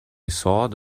thought